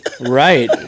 Right